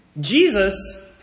Jesus